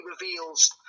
reveals